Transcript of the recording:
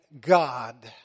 God